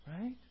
right